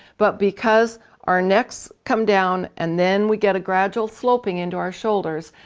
but because our necks come down and then we get a gradual sloping into our shoulders,